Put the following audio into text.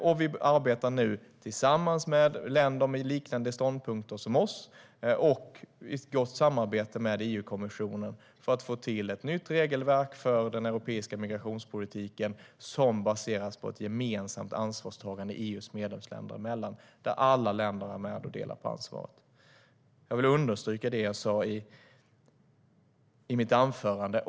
Jag vill understryka det jag sa i mitt anförande.